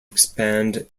expand